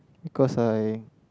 because I